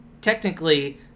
technically